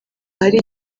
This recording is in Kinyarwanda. hari